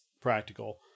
practical